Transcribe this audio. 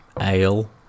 Ale